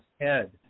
head